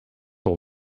all